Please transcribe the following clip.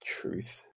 Truth